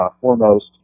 foremost